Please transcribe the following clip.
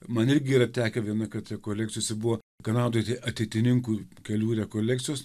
man irgi yra tekę vieną kart rekolekcijose buvo kanadoj ate ateitininkų kelių rekolekcijos